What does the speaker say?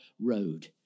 road